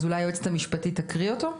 אז אולי היועצת המשפטית תקריא אותו?